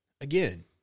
Again